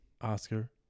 Oscar